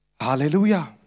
Hallelujah